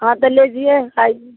हाँ तो लीजिए आई